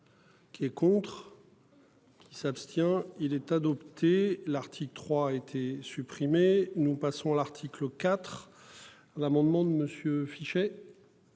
Qui est contre. Qui s'abstient il est adopté l'article 3 a été supprimé, nous passons à l'article IV. L'amendement de Monsieur.